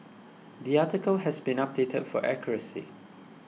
the article has been updated for accuracy